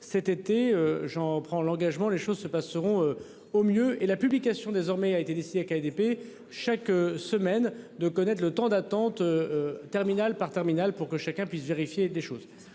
cet été j'en prends l'engagement, les choses se passeront au mieux et la publication désormais a été initiée avec ADP chaque semaine de connaître le temps d'attente. Terminal par terminal pour que chacun puisse vérifier des choses.